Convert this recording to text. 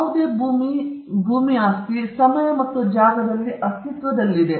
ಯಾವುದೇ ಭೂಮಿ ಆಸ್ತಿ ಸಮಯ ಮತ್ತು ಜಾಗದಲ್ಲಿ ಅಸ್ತಿತ್ವದಲ್ಲಿದೆ